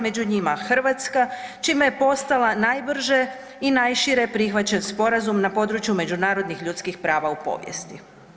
Među njima Hrvatska čime je postala najbrže i najšire prihvaćen sporazum na području međunarodnih ljudskih prava u povijesti.